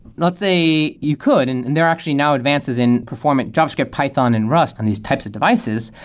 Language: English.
let's say you could and and they're actually now advances in performance, javascript, python and rust on these types of devices,